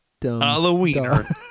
Halloweener